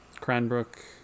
Cranbrook